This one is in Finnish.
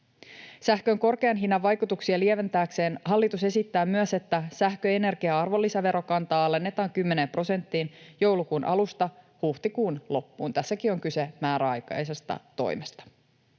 Sähkön korkean hinnan vaikutuksia lieventääkseen hallitus esittää myös, että sähköenergian arvonlisäverokantaa alennetaan 10 prosenttiin joulukuun alusta huhtikuun loppuun. Tässäkin on kyse määräaikaisesta toimesta.